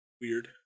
weird